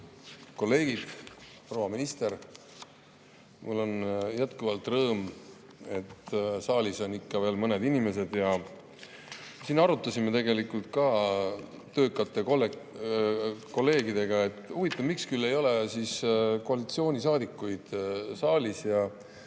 kolleegid! Proua minister! Mul on jätkuvalt rõõm, et saalis on ikka veel mõned inimesed. Arutasime ka töökate kolleegidega, et huvitav, miks küll ei ole koalitsioonisaadikuid saalis, ja